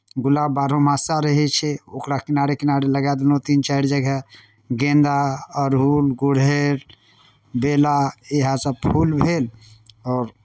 गुलाब बारहो मासा रहै छै ओकरा किनारे किनारे लगा देलहुँ तीन चारि जगह गेन्दा अड़हुल गुड़हेल बेला इएहसभ फूल भेल आओर